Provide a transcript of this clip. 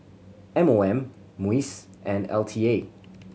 M O M MUIS and L T A